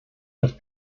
have